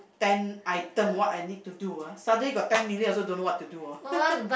ten item what I need to do ah suddenly got ten million also don't know what to do ah